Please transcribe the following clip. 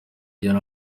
yari